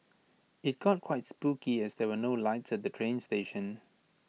IT got quite spooky as there were no lights at the train station